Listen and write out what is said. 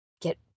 get